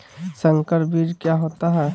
संकर बीज क्या होता है?